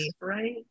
Right